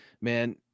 man